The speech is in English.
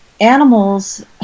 animals